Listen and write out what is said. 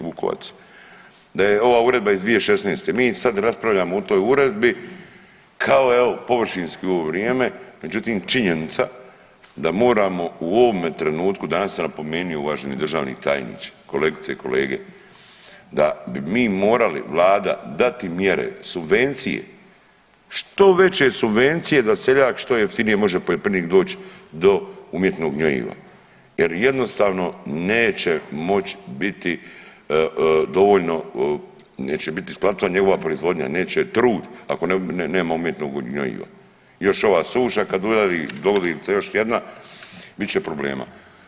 Vukovac, da je ova uredba iz 2016., mi sad raspravljamo o toj uredbi kao evo površinski u ovo vrijeme, međutim činjenica da moramo u ovome trenutku, danas sam napomenio uvaženi državni tajniče, kolegice i kolege, da bi mi morali, vlada dati mjere subvencije, što veće subvencije da seljak što jeftinije može poljoprivrednik doći do umjetnog gnojiva jer jednostavno neće moći biti dovoljno, neće biti isplativa njegova proizvodnja, neće trud ako nema umjetnog gnojiva i još ova suša kad udari i dogodi li se još jedna bit će problema.